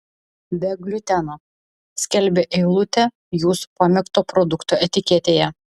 be gliuteno skelbia eilutė jūsų pamėgto produkto etiketėje